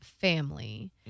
family